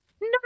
no